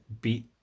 beat